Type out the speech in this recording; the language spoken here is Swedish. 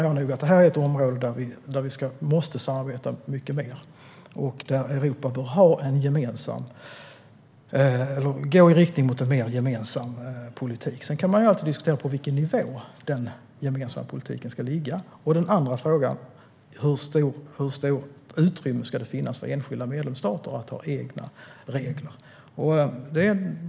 Jag menar att detta är ett område där vi måste samarbeta mer och där Europa bör gå i en riktning mot en mer gemensam politik. Sedan kan man alltid diskutera på vilken nivå den gemensamma politiken ska ligga. Då finns den andra frågan om hur stort utrymme enskilda medlemsstater ska få för egna regler.